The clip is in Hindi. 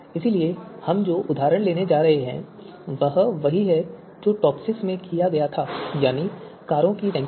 इसलिए हम जो उदाहरण लेने जा रहे हैं वह वही है जो हमने टॉपसिस में किया था यानी कारों की रैंकिंग